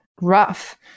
rough